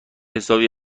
حسابی